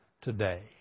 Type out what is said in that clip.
today